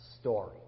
story